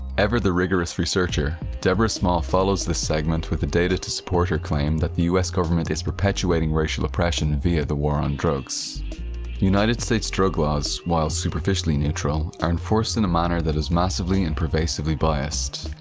ever the rigorous researcher, deborah small follows this segment with the data to support her claim that the us government is perpetuating racial oppression via the war on drugs united states drug laws, while superficially neutral, are enforced in a manner that is massively and pervasively biased.